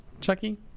chucky